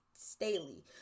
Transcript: Staley